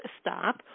stop